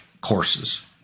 courses